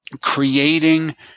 creating